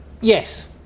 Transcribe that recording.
yes